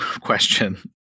question